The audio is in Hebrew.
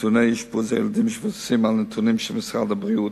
ונתוני אשפוז ילדים שמתבססים על נתונים של משרד הבריאות.